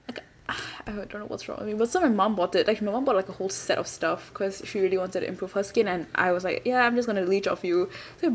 like I don't know what's wrong I mean so my mum bought it like my mum bought like a whole set of stuff because she really wanted to improve her skin and I was like ya I'm just going to leech off you so